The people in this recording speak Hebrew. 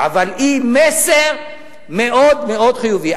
אבל זה מסר מאוד מאוד חיובי.